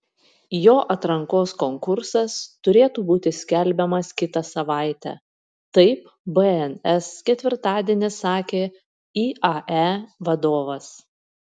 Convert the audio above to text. jo atrankos konkursas turėtų būti skelbiamas kitą savaitę taip bns ketvirtadienį sakė iae vadovas